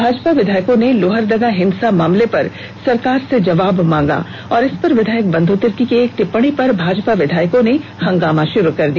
भाजपा विघायकों ने लोहरदगा हिंसा मामले पर सरकार से जवाब मांगा और इस पर विधायक बंधू तिर्की की एक टिप्पणी पर भाजपा विधायकों ने हंगामा शुरू कर दिया